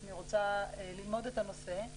אני רוצה ללמוד את הנושא,